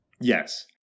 Yes